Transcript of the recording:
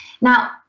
Now